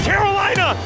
Carolina